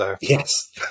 Yes